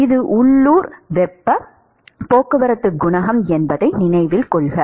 இது உள்ளூர் வெப்ப போக்குவரத்து குணகம் என்பதை நினைவில் கொள்க